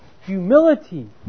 Humility